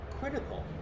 critical